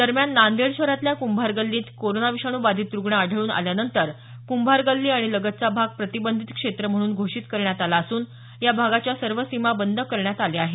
दरम्यान नांदेड शहरातल्या कुंभार गल्लीत कोरोना विषाणू बाधित रूग्ण आढळून आल्यानंतर कुंभार गल्ली आणि लगतचा भाग प्रतिबंधीत क्षेत्र म्हणून घोषीत करण्यात आला असून या भागाच्या सर्व सीमा बंद करण्यात आल्या आहेत